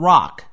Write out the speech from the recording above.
Rock